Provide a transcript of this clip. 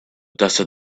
desert